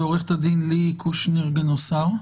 ועורכת דין ליהי קושניר גנוסר.